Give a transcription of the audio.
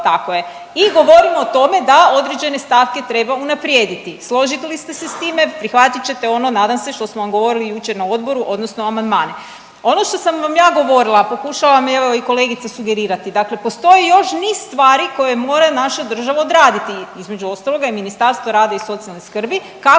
Tako je. I govorimo o tome da određene stavke treba unaprijediti. Složili ste se s time, prihvatit ćete ono nadam se što smo vam govorili jučer na odboru, odnosno amandmane. Ono što sam vam ja govorila, a pokušala mi je evo i kolegica sugerirati. Dakle, postoji još niz stvari koje mora naša država odraditi, između ostaloga i Ministarstvo rada i socijalne skrbi kako